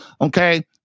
okay